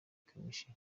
kamichi